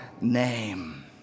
name